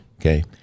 okay